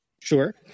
Sure